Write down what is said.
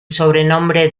sobrenombre